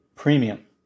premium